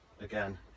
again